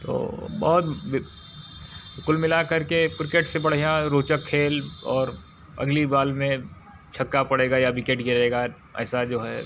तो बहुत कुल मिलाकर के क्रिकेट से बढ़िया रोचक खेल और अगली बॉल में छक्का पड़ेगा या विकेट गिरेगा ऐसा जो है